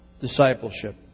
discipleship